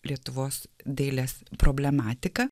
lietuvos dailės problematiką